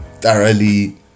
thoroughly